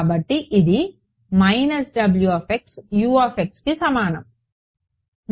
కాబట్టి ఇది wuకి సమానం